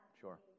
Sure